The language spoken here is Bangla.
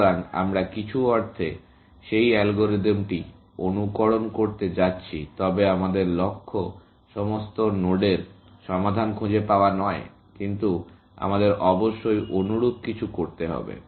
সুতরাং আমরা কিছু অর্থে সেই অ্যালগরিদমটি অনুকরণ করতে যাচ্ছি তবে আমাদের লক্ষ্য সমস্ত নোডের সমাধান খুঁজে পাওয়া নয় কিন্তু আমাদের অবশ্যই অনুরূপ কিছু করতে হবে